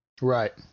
Right